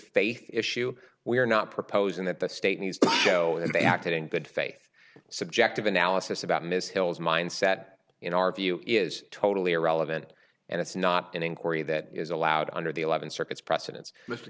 faith issue we are not proposing that the state needs to go and they acted in good faith subjective analysis about ms hill's mindset in our view is totally irrelevant and it's not an inquiry that is allowed under the eleven circuits precedents mr